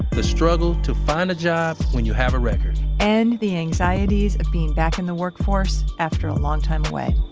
the struggle to find a job when you have a record and the anxieties of being back in the workforce after a long time away